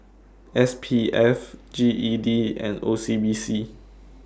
S P F G E D and O C B C